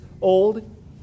old